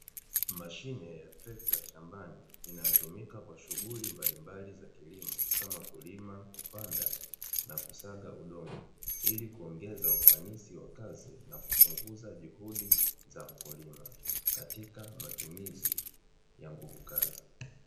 Mashine ya trekta shambani inayotumika kwa shughuli mbalimbali za kilimo kama kulima, kupanda na kusaga udongo, ili kuongeza ufanisi wa kazi na kupungua juhudi za mkulima katika matumizi ya nguvukazi.